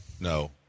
no